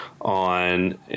on